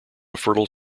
fertile